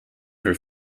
her